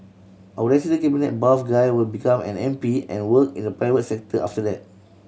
our resident cabinet buff guy will become an M P and work in the private sector after that